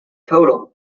total